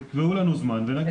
תקבעו לנו זמן ונגיש.